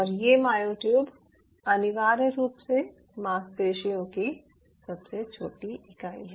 और ये मायोट्यूब अनिवार्य रूप से मांसपेशियों की सबसे छोटी इकाई हैं